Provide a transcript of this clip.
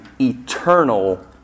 eternal